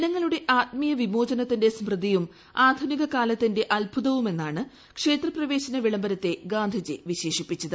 ജനങ്ങളുടെ ആത്മീയ വിമോചനത്തിന്റെ സ്മൃതിയും ആധുനിക കാലത്തിന്റെ അത്ഭുതവുമെന്നാണ് ക്ഷേത്രപ്രവേശന വിളംബരത്തെ ഗാന്ധിജി വിശേഷിപ്പിച്ചത്